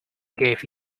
gave